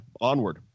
onward